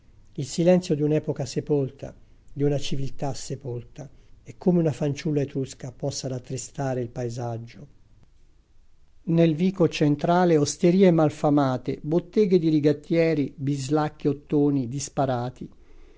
il silenzio di un'epoca sepolta di una civiltà sepolta e come una fanciulla etrusca possa rattristare il paesaggio nel vico centrale osterie malfamate botteghe di rigattieri bislacchi ottoni disparati